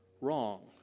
wrong